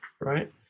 right